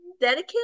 dedicate